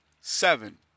Seven